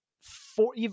four